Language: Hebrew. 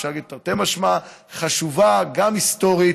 אפשר להגיד תרתי משמע גם היסטורית,